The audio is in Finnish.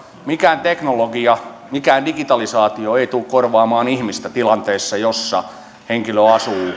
mikään teknologia mikään digitalisaatio ei tule korvaamaan ihmistä tilanteessa jossa henkilö